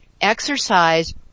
exercise